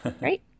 right